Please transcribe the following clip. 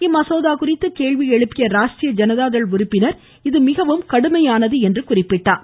இந்த மசோதா குறித்து கேள்வி எழுப்பிய ராஷ்ட்ரிய ஜனதா தள் உறுப்பினர் இது மிகவும் கடுமையானது என்றார்